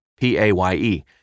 P-A-Y-E